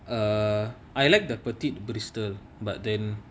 err I like the petite bristol but then